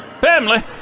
Family